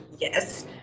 Yes